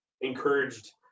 encouraged –